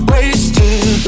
Wasted